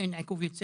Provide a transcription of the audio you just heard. אין עיכוב יציאה?